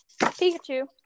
Pikachu